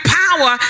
power